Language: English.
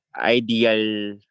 ideal